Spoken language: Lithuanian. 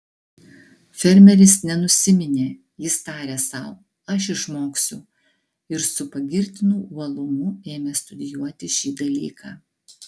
fermeris nenusiminė jis tarė sau aš išmoksiu ir su pagirtinu uolumu ėmė studijuoti šį dalyką